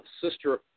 sister